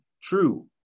True